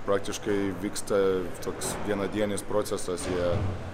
praktiškai vyksta toks vienadienis procesas jie